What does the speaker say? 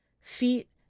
feet